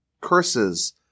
curses